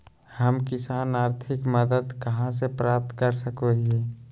हम किसान आर्थिक मदत कहा से प्राप्त कर सको हियय?